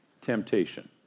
temptation